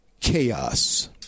Chaos